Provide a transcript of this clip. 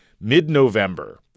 mid-November